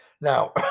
Now